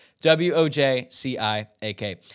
W-O-J-C-I-A-K